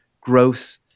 growth